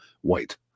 white